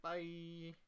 Bye